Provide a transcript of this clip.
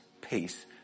peace